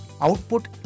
output